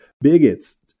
bigots